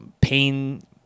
pain